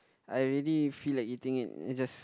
I really feel like eating it then just